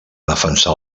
defensar